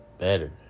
better